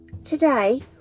Today